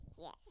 Yes